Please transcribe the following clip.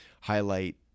highlight